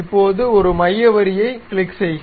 இப்போது ஒரு மைய வரியைக் கிளிக் செய்க